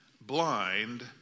blind